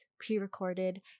pre-recorded